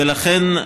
ולכן,